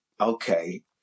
okay